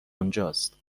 اونجاست